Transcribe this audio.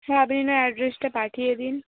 হ্যাঁ আপনি নাহয় অ্যাড্রেসটা পাঠিয়ে দিন